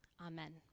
Amen